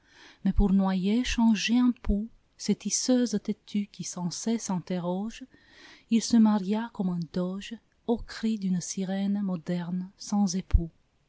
mais pour noyer changées en poux ces tisseuses têtues qui sans cesse interrogent il se maria comme un doge aux cris d'une sirène moderne sans époux